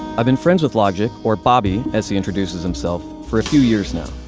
i've been friends with logic, or bobby, as he introduces himself, for a few years now.